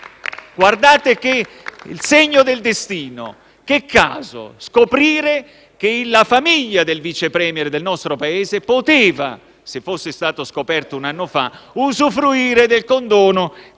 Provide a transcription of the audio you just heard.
Guardate il segno del destino. Che caso! Scoprire che la famiglia del Vice *Premier* del nostro Paese poteva, se fosse stata scoperta un anno fa, usufruire del condono che